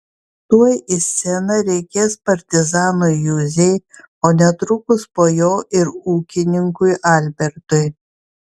tuoj į sceną reikės partizanui juzei o netrukus po jo ir ūkininkui albertui